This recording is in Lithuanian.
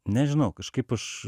nežinau kažkaip aš